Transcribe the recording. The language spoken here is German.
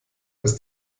ist